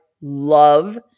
love